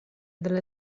dalla